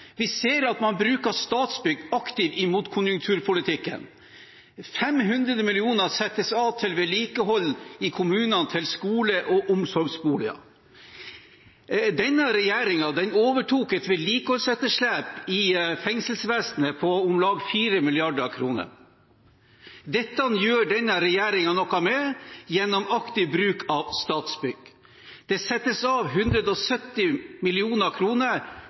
Vi ser at man bruker Statsbygg aktivt inn mot konjunkturpolitikken. 500 mill. kr settes av til vedlikehold i kommunene, til skole og omsorgsboliger. Denne regjeringen overtok et vedlikeholdsetterslep i fengselsvesenet på om lag 4 mrd. kr. Dette gjør denne regjeringen noe med gjennom aktiv bruk av Statsbygg. Det settes av